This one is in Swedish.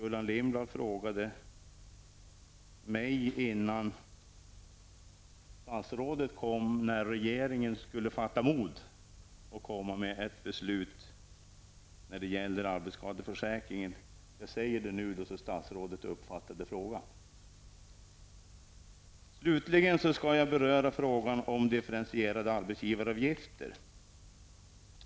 Före statsrådets ankomst frågade Gullan Lindblad mig när regeringen skulle fatta mod och komma med ett beslut när det gäller arbetsskadeförsäkringen. Jag upprepar detta nu så att statsrådet uppfattar frågan. Jag skall slutligen beröra frågan om differentierade arbetsgivaravgifter.